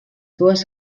dues